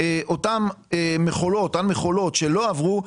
אותן מכולות שלא הועברו,